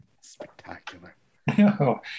Spectacular